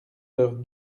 leurs